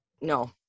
no